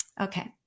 okay